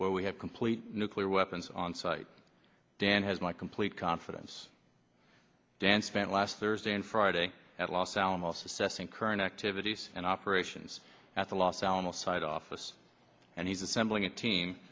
where we have complete nuclear weapons on site dan has my complete confidence dan spent last thursday and friday at los alamos assessing current activities and operations at the los alamos site office and he's assembling a team